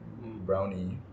Brownie